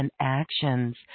actions